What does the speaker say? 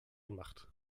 gemacht